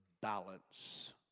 balance